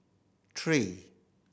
three